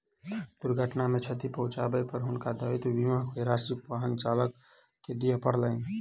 दुर्घटना मे क्षति पहुँचाबै पर हुनका दायित्व बीमा के राशि वाहन चालक के दिअ पड़लैन